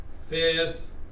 fifth